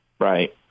Right